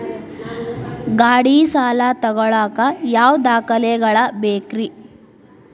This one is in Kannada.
ಗಾಡಿ ಸಾಲ ತಗೋಳಾಕ ಯಾವ ದಾಖಲೆಗಳ ಬೇಕ್ರಿ?